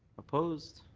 opposed?